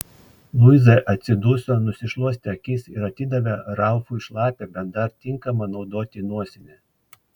luiza atsiduso nusišluostė akis ir atidavė ralfui šlapią bet dar tinkamą naudoti nosinę